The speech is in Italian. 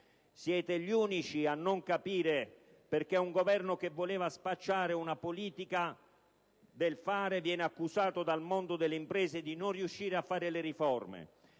Siete gli unici a non capire perché un Governo che voleva spacciare una politica del fare viene accusato dal mondo delle imprese di non riuscire a fare le riforme;